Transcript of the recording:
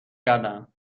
کردم